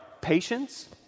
patience